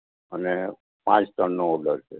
અને પાંચ ટનનો ઓડર છે